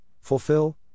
fulfill